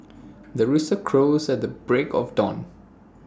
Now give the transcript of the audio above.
the rooster crows at the break of dawn